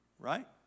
Right